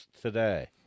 today